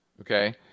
Okay